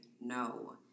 no